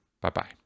Bye-bye